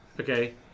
Okay